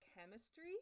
chemistry